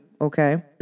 okay